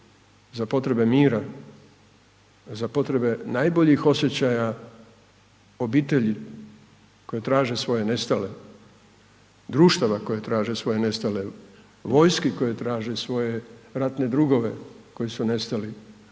za potrebe mira, za potrebe najboljih osjećaja obitelji koje traže svoje nestale, društava koje traže svoje nestale, vojski koje traže svoje ratne drugove koji su nestali,